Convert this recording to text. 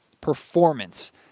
performance